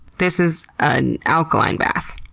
this is an alkaline bath.